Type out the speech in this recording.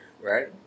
right